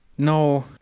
No